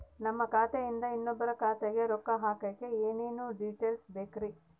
ನಮ್ಮ ಖಾತೆಯಿಂದ ಇನ್ನೊಬ್ಬರ ಖಾತೆಗೆ ರೊಕ್ಕ ಹಾಕಕ್ಕೆ ಏನೇನು ಡೇಟೇಲ್ಸ್ ಬೇಕರಿ?